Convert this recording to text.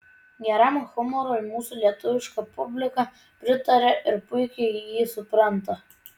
geram humorui mūsų lietuviška publika pritaria ir puikiai jį supranta